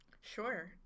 Sure